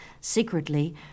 Secretly